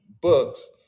books